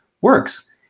works